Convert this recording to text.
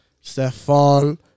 Stefan